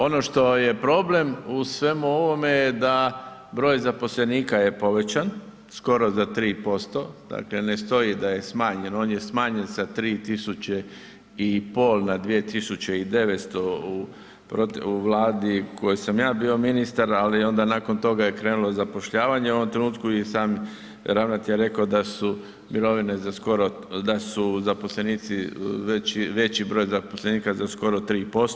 Ono što je problem u svemu ovome je da broj zaposlenika je povećan skoro za 3% dakle ne stoji da je smanjen, on je smanjen sa 3 tisuće i pol na 2,900 u Vladi u kojoj sam ja bio ministar ali onda nakon toga je krenulo zapošljavanje, u ovom trenutku i sam ravnatelj je rekao da su mirovine za skoro, da su zaposlenici, veći broj zaposlenika za skoro 3%